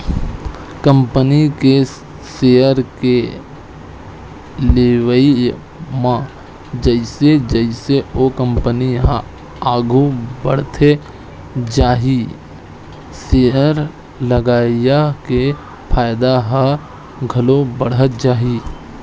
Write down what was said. company के share के लेवई म जइसे जइसे ओ कंपनी ह आघू बड़हत जाही सेयर लगइया के फायदा ह घलो बड़हत जाही